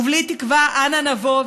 ובלי תקווה אנה נבוא,